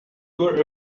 were